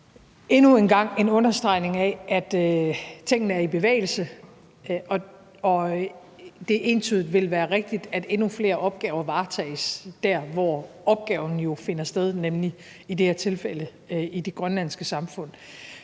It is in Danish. endnu en gang en understregning af, at tingene er i bevægelse, og at det entydigt vil være rigtigt, at endnu flere opgaver varetages der, hvor opgaven jo finder sted, nemlig i det her tilfælde i det grønlandske samfund.